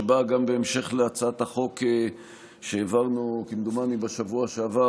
שבאה גם בהמשך להצעת חוק שהעברנו כמדומני בשבוע שעבר,